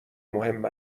مهم